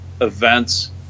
events